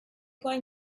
going